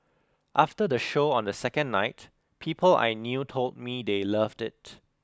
after the show on the second night people I knew told me they loved it